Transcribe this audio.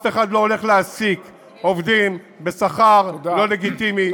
אף אחד לא הולך להעסיק עובדים בשכר לא לגיטימי,